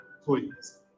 please